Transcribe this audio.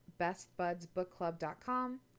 bestbudsbookclub.com